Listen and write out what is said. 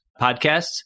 podcasts